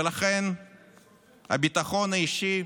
ולכן הביטחון האישי